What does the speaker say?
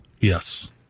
Yes